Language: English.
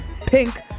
pink